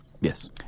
Yes